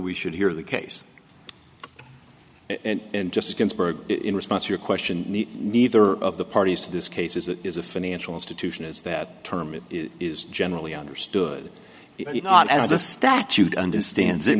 we should hear the case and just in response to your question neither of the parties to this case as it is a financial institution is that term it is generally understood as the statute understands in